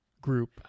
group